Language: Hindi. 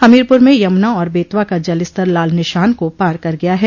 हमीरपुर में यमुना और बेतवा का जलस्तर लाल निशान को पार कर गया है